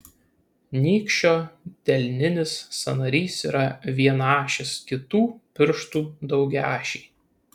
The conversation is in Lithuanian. nykščio delninis sąnarys yra vienaašis kitų pirštų daugiaašiai